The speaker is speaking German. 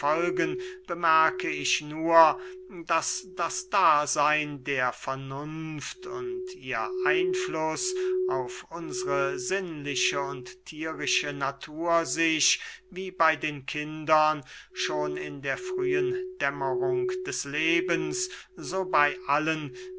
bemerke ich nur daß das daseyn der vernunft und ihr einfluß auf unsre sinnliche oder thierische natur sich wie bey den kindern schon in der frühen dämmerung des lebens so bey allen